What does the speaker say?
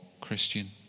Christian